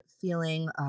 feeling